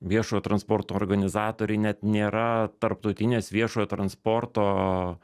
viešojo transporto organizatoriai net nėra tarptautinės viešojo transporto